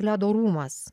ledo rūmas